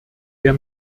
der